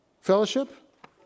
Fellowship